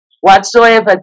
whatsoever